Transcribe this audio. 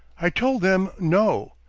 i told them, no.